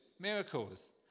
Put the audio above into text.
Miracles